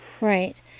Right